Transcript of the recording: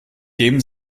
dem